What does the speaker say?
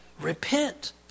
repent